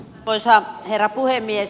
arvoisa herra puhemies